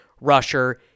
rusher